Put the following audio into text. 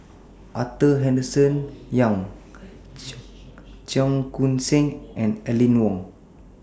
Arthur Henderson Young Cheong Koon Seng and Aline Wong